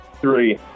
Three